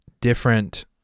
different